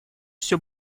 все